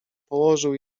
położył